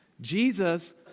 Jesus